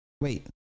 wait